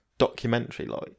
documentary-like